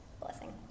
blessing